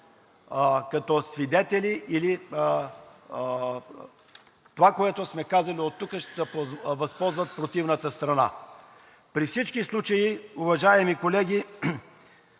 като свидетели или от това, което сме казали оттук, ще се възползва противната страна. При всички случаи, уважаеми колеги,